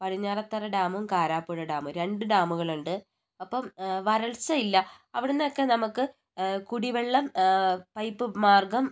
പടിഞ്ഞാറത്തറ ഡാമും കാരാപ്പുഴ ഡാമും രണ്ട് ഡാമുകൾ ഉണ്ട് അപ്പം വരൾച്ചയില്ല അവിടന്നൊക്കെ നമുക്ക് കുടിവെള്ളം പൈപ്പ് മാർഗ്ഗം